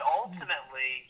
ultimately